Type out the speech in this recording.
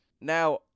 Now